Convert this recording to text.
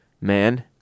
man